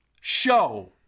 show